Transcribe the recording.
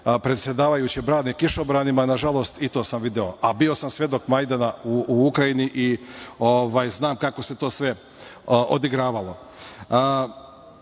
predsedavajući brani kišobranima, nažalost, i to sam video, a bio sam svedok Majdana u Ukrajini i znam kako se sve to odigravalo. Mi